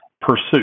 pursuit